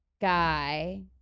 guy